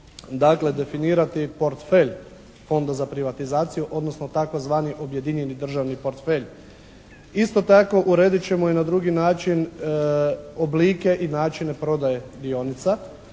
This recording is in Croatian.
dakle definirati portfelj Fonda za privatizaciju, odnosno tzv. objedinjeni državni portfelj. Isto tako, uredit ćemo i na drugi način oblike i načine prodaje dionica.